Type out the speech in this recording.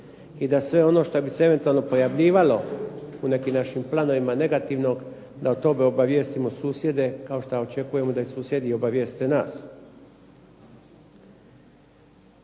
i da sve ono šta bi se eventualno pojavljivalo u nekim našim planovima negativnog da od toga obavijestimo susjede, kao što očekujemo da i susjedi obavijeste nas.